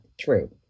true